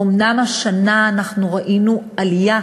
אומנם השנה אנחנו ראינו עלייה